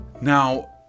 Now